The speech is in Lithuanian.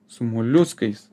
su moliuskais